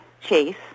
Chase